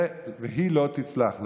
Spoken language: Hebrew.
היא לא תצלח.